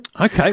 Okay